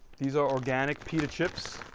these are organic pita chips